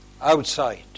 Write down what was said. outside